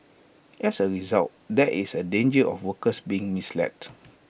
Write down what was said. as A result there is A danger of workers being misled